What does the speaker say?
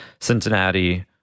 Cincinnati